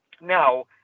Now